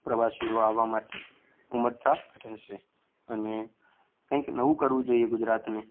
પ્રવાસીઓ આવવા માટે ઉમટતા રહેશે અને કંઈક નવું કરવું જોઈએ ગુજરાતને